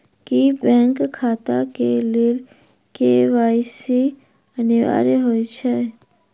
की bank खाता केँ लेल के.वाई.सी अनिवार्य होइ हएत?